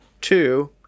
Two